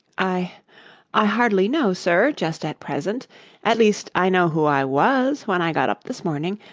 i i hardly know, sir, just at present at least i know who i was when i got up this morning,